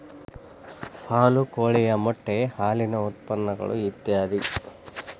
ಹಾಲು ಕೋಳಿಯ ಮೊಟ್ಟೆ ಹಾಲಿನ ಉತ್ಪನ್ನಗಳು ಇತ್ಯಾದಿ